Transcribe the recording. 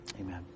Amen